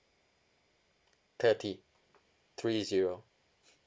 thirty three zero